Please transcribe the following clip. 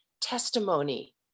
testimony